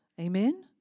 Amen